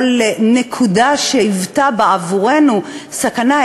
כל נקודה שהיוותה בעבורנו סכנה,